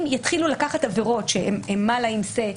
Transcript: אם יתחילו לקחת עבירות שהן מאלה אינסה,